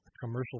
commercial